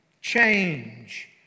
change